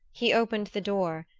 he opened the door,